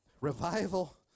Revival